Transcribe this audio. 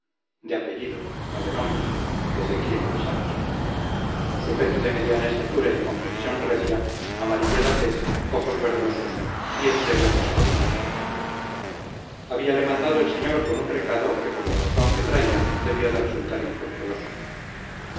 parecía al escudero de d quijote en llamarse sancho de apellido no de nombre ecequiel sancho sujeto de mediana estatura y complexión recia amarilla la tez ojos verdosos y el pelo en escobillón habíale mandado el señor con un recado que por la razón que traía debió de resultar infructuoso